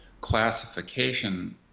classification